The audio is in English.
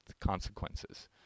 consequences